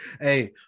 Hey